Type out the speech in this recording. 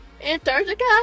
Antarctica